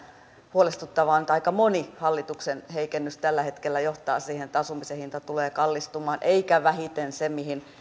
huolestuttavaa on että aika moni hallituksen heikennys tällä hetkellä johtaa siihen että asumisen hinta tulee kallistumaan eikä vähiten se mihin